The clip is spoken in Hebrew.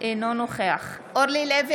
נוכח אורלי לוי